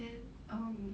then um